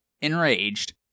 Enraged